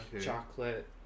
chocolate